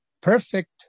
perfect